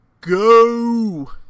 go